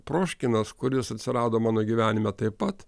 proškinas kuris atsirado mano gyvenime taip pat